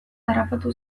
harrapatu